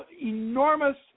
enormous